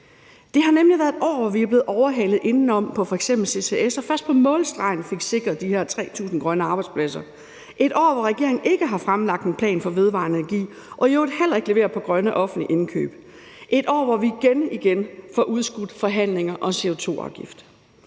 Det har nemlig været et år, hvor vi er blevet overhalet indenom på f.eks. CCS og først på målstregen fik sikret de her 3.000 grønne arbejdspladser. Det har været et år, hvor regeringen ikke har fremlagt en plan for vedvarende energi og i øvrigt heller ikke leverer på grønne offentlige indkøb. Det har været et år, hvor vi igen, igen fik udskudt forhandlingerne om CO2-afgift.